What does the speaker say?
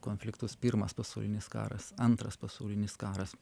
konfliktus pirmas pasaulinis karas antras pasaulinis karas